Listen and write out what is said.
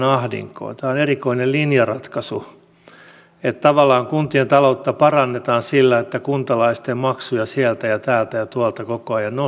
tämä on erikoinen linjaratkaisu että tavallaan kuntien taloutta parannetaan sillä että kuntalaisten maksuja siellä ja täällä ja tuolla koko ajan nostetaan